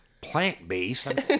plant-based